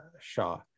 Shaw